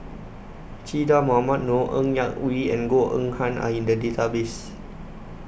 Che Dah Mohamed Noor Ng Yak Whee and Goh Eng Han Are in The Database